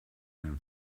einen